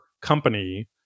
company